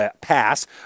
pass